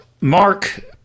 Mark